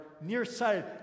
nearsighted